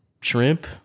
Shrimp